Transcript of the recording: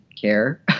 care